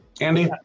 Andy